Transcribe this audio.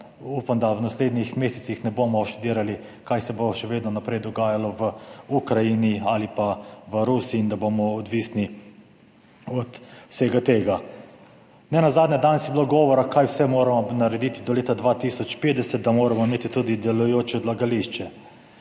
upam, da v naslednjih mesecih ne bomo študirali, kaj se bo še naprej dogajalo v Ukrajini ali pa v Rusiji in bomo odvisni od vsega tega. Nenazadnje je bilo danes govora, kaj vse moramo narediti do leta 2050, da moramo imeti tudi delujoče odlagališče.